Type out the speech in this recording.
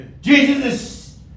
Jesus